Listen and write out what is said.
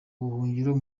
ubuhungiro